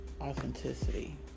authenticity